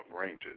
ranges